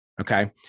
Okay